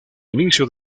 inicio